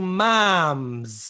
moms